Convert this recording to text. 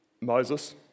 Moses